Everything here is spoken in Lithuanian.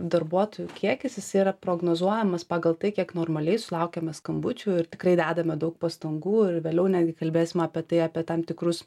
darbuotojų kiekis jisai yra prognozuojamas pagal tai kiek normaliai sulaukiame skambučių tikrai dedame daug pastangų ir vėliau netgi kalbėsim apie tai apie tam tikrus